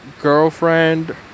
girlfriend